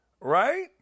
right